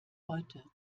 heute